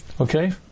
Okay